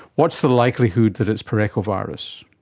what's the likelihood that it's parechovirus?